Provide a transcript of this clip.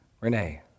Renee